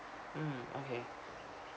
mm okay